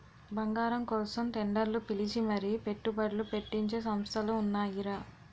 బంగారం కోసం టెండర్లు పిలిచి మరీ పెట్టుబడ్లు పెట్టించే సంస్థలు ఉన్నాయిరా